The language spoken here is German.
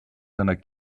seiner